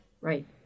Right